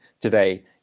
today